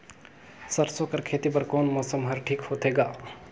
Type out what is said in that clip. सरसो कर खेती बर कोन मौसम हर ठीक होथे ग?